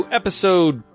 episode